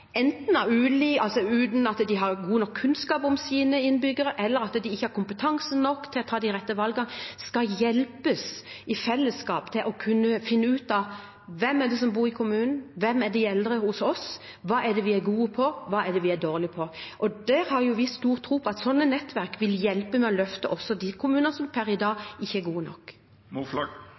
har god nok kunnskap om sine innbyggere eller ikke har kompetanse nok til å ta de rette valgene, å få hjelp til i fellesskap å finne ut av: Hvem er det som bor i kommunen? Hvem er de eldre hos oss? Hva er det vi er gode på, og hva er vi dårlige på? Vi har stor tro på at sånne nettverk vil hjelpe til med å løfte også de kommuner som per i dag ikke er gode nok.